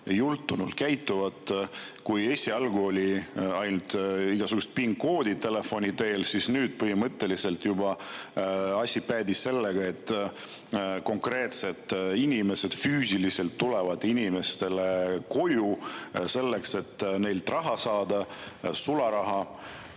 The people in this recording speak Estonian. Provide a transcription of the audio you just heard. jultunult. Kui esialgu [nõuti] ainult igasuguseid PIN-koode telefoni teel, siis nüüd põhimõtteliselt on juba asi päädinud sellega, et konkreetsed inimesed füüsiliselt tulevad inimestele koju, selleks et neilt raha, sularaha